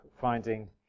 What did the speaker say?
finding